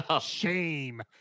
Shame